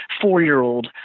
four-year-old